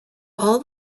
all